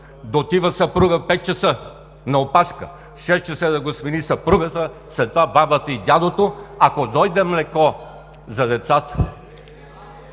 отива съпругът в 5,00 ч. на опашка, в 6,00 ч. да го смени съпругата, след това бабата и дядото, ако дойде мляко за децата?!